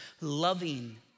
loving